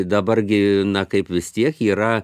dabar gi na kaip vis tiek yra